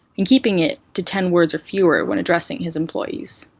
and keeping it to ten words or fewer when addressing his employees.